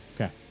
Okay